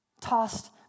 tossed